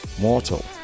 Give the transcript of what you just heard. mortal